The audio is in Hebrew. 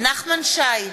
נחמן שי,